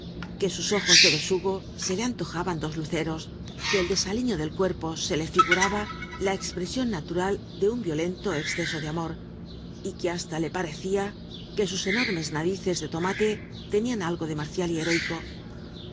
que sus ojos do besugo se le antojaban dos luceros que el desalilio del cuerpo se le figuraba la exprcsion na biblioteca nacional de españa hual de llll íolento ci'cso de amor y que ha ta le pancia que lis enorme narices do tomate lenian algo de marcial y heróico